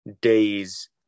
days